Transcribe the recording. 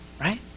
Right